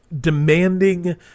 demanding